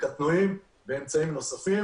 קטנועים ואמצעים נוספים.